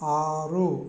ఆరు